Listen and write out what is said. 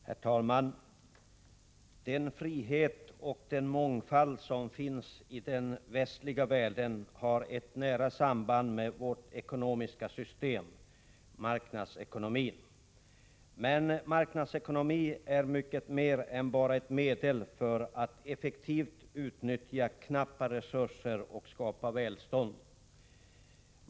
Herr talman! Den frihet och den mångfald som finns i den västliga världen har ett nära samband med vårt ekonomiska system, marknadsekonomin. Men marknadsekonomi är mycket mer än bara ett medel för att effektivt utnyttja knappa resurser och skapa välstånd.